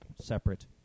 separate